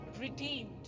redeemed